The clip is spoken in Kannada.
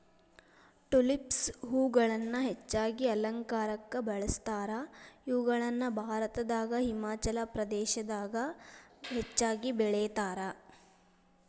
ಟುಲಿಪ್ಸ್ ಹೂಗಳನ್ನ ಹೆಚ್ಚಾಗಿ ಅಲಂಕಾರಕ್ಕ ಬಳಸ್ತಾರ, ಇವುಗಳನ್ನ ಭಾರತದಾಗ ಹಿಮಾಚಲ ಪ್ರದೇಶದಾಗ ಹೆಚ್ಚಾಗಿ ಬೆಳೇತಾರ